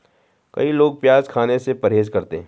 कई लोग प्याज खाने से परहेज करते है